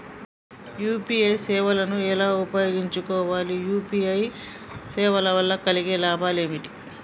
UPI సేవను ఎలా ఉపయోగించు కోవాలి? యూ.పీ.ఐ సేవల వల్ల కలిగే లాభాలు ఏమిటి?